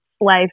life